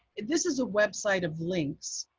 this is a website of links,